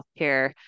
healthcare